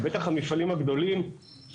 ובטח המפעלים הגדולים,